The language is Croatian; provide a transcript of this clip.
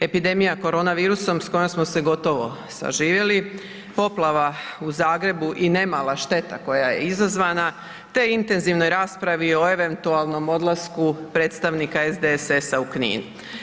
Epidemija korona virusom s kojom smo se gotovo saživjeli, poplava u Zagrebu i nemala šteta koja je izazvana te intenzivnoj raspravi o eventualnom odlasku predstavnika SDSS-a u Knin.